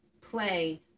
play